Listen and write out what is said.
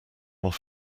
off